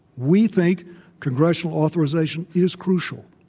we think congressional authorization is crucial.